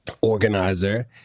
organizer